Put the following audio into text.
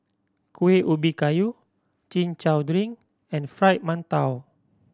Kuih Ubi Kayu Chin Chow drink and Fried Mantou